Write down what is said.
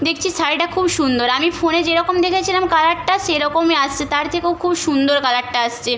দেখছি শাড়িটা খুব সুন্দর আমি ফোনে যেরকম দেখেছিলাম কালারটা সেরকমই আসছে তার থেকেও খুব সুন্দর কালারটা আসছে